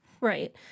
right